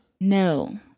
No